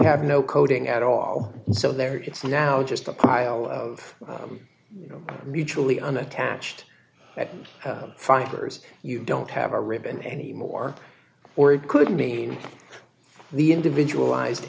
have no coding at all so there it's now just a pile of you know mutually unattached fighters you don't have a ribbon anymore or it could mean the individual ised